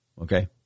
Okay